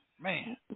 Man